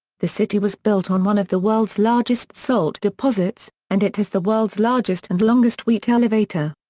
the city was built on one of the world's largest salt deposits, and it has the world's largest and longest wheat elevator.